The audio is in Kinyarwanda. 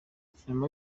guverinoma